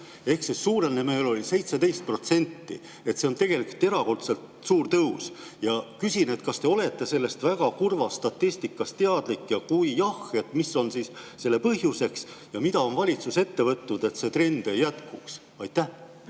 ehk siis suurenemine oli 17%. See on tegelikult erakordselt suur tõus. Küsin: kas te olete sellest väga kurvast statistikast teadlik? Kui jah, siis mis on selle [kasvu] põhjuseks ja mida on valitsus ette võtnud, et see trend ei jätkuks? Aitäh!